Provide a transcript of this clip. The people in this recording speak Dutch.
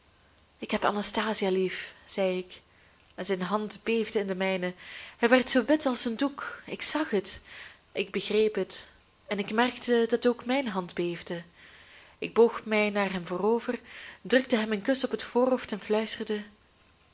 ik heb anastasia lief zei ik en zijn hand beefde in de mijne hij werd zoo wit als een doek ik zag het ik begreep het en ik merkte dat ook mijn hand beefde ik boog mij naar hem voorover drukte hem een kus op het voorhoofd en fluisterde